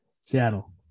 Seattle